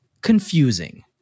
confusing